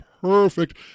perfect